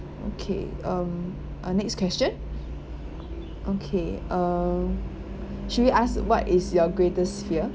okay um uh next question okay uh should we ask what is your greatest fear